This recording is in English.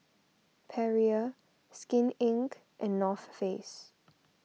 Perrier Skin Inc and North Face